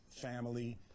family